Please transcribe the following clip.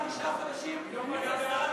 מרב, אמרת שהחוק נתקע תשעה חודשים אצל שרת